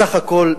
בסך הכול,